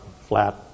flat